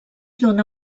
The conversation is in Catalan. dóna